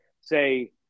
Say